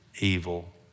evil